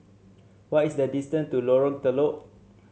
what is the distance to Lorong Telok